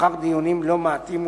לאחר דיונים לא מעטים,